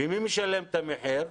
ומי משלם את המחיר?